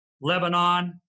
Lebanon